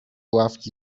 ławki